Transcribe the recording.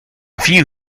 few